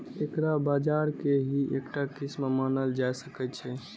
एकरा बाजार के ही एकटा किस्म मानल जा सकै छै